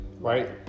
right